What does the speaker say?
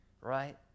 right